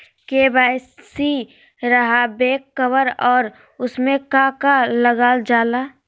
KYC रहा back cover और उसमें का का लागल जाला?